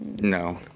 No